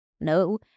No